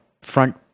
front